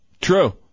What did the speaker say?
True